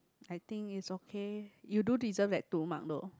I think is okay you do deserve at two mark low